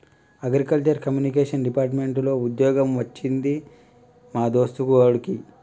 agriculture communication department లో వుద్యోగం వచ్చింది మా దోస్తు కొడిక్కి